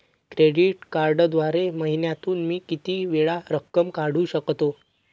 Credit कार्डद्वारे महिन्यातून मी किती वेळा रक्कम काढू शकतो?